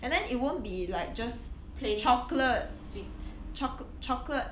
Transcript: and then it won't be like just chocolate chocolate chocolate